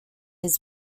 his